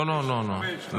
לא, לא.